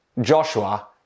Joshua